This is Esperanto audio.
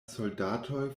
soldatoj